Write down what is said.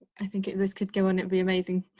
i think it. this could go on it. be amazing,